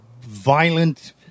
violent